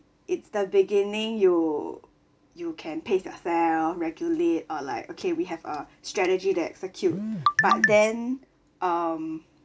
it's the beginning you you can pace yourself regulate or like okay we have a strategy to execute but then um